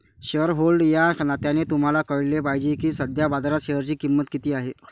shareholder या नात्याने तुम्हाला कळले पाहिजे की सध्या बाजारात शेअरची किंमत किती आहे